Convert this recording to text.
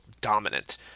dominant